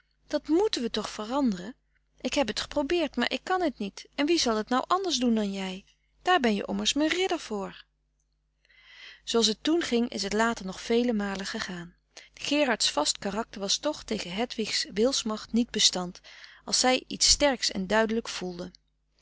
dat moeten we toch veranderen ik heb het geprobeerd maar ik kan het niet en wie zal t nou anders doen dan jij daar ben je ommers mijn ridder voor zooals het toen ging is het later nog vele malen gegaan gerards vast karakter was toch tegen hedwig's frederik van eeden van de koele meren des doods wilsmacht niet bestand als zij iets sterk en duidelijk voelde